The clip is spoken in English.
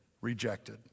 rejected